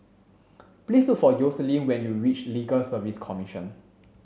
please look for Yoselin when you reach Legal Service Commission